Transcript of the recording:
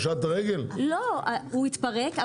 הוא התפרק.